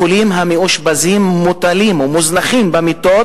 החולים המאושפזים מוטלים ומוזנחים במיטות